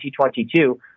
2022